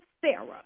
Sarah